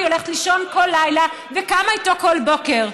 הולכת לישון כל לילה וקמה איתו כל בוקר,